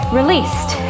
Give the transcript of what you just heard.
released